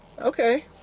Okay